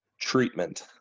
treatment